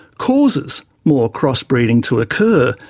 causes more crossbreeding to occur.